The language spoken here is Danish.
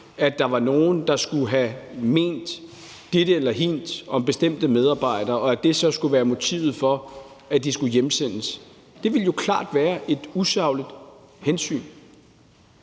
at der var nogen, der skulle have ment dette eller hint om bestemte medarbejdere, og at det så skulle være motivet for, at de skulle hjemsendes. Det ville jo klart være et usagligt hensyn.